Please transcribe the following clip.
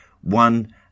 one